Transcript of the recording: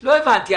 לא הבנתי,